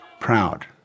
proud